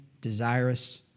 desirous